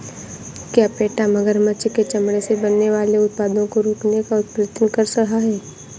क्या पेटा मगरमच्छ के चमड़े से बनने वाले उत्पादों को रोकने का प्रयत्न कर रहा है?